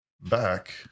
back